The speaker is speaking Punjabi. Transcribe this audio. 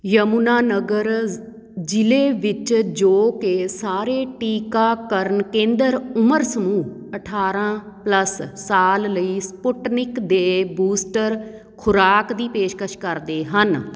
ਯਮੁਨਾਨਗਰ ਜ਼ ਜਿਲ੍ਹੇ ਵਿੱਚ ਜੋ ਕਿ ਸਾਰੇ ਟੀਕਾਕਰਨ ਕੇਂਦਰ ਉਮਰ ਸਮੂਹ ਅਠਾਰਾਂ ਪਲੱਸ ਸਾਲ ਲਈ ਸਪੁਟਨਿਕ ਦੇ ਬੂਸਟਰ ਖੁਰਾਕ ਦੀ ਪੇਸ਼ਕਸ਼ ਕਰਦੇ ਹਨ